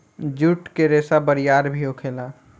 जुट के रेसा बरियार भी होखेला